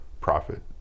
profit